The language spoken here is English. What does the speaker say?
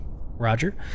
Roger